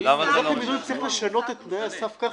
אז איך הם ידעו אם צריך לשנות את תנאי הסף כך